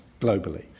globally